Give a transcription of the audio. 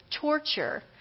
torture